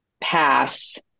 pass